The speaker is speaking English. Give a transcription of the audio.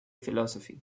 philosophy